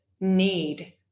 need